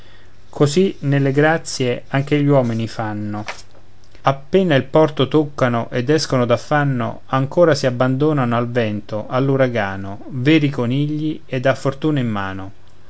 così nelle disgrazie anche gli uomini fanno appena il porto toccano ed escono d'affanno ancora si abbandonano al vento all'uragano veri conigli ed a fortuna in mano